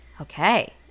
okay